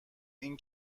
این